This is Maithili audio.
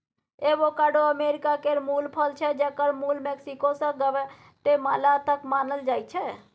एबोकाडो अमेरिका केर मुल फल छै जकर मुल मैक्सिको सँ ग्वाटेमाला तक मानल जाइ छै